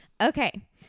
Okay